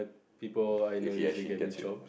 people I know usually get me jobs